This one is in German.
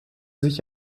sich